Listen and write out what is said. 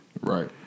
Right